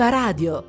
radio